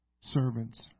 servants